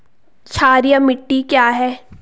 क्षारीय मिट्टी क्या है?